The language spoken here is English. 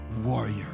warrior